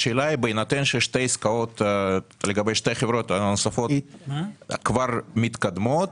בהינתן ששתי עסקאות לגבי שתי החברות הנוספות כבר מתקדמות,